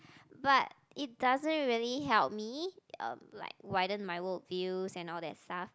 but it doesn't really help me uh like widen my worldview and all that stuff